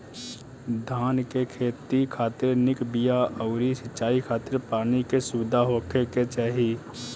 धान के खेती खातिर निक बिया अउरी सिंचाई खातिर पानी के सुविधा होखे के चाही